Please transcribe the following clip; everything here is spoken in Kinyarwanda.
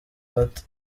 bato